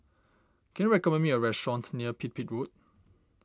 can you recommend me a restaurant near Pipit Road